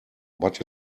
but